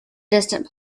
distant